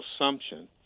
assumption